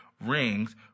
rings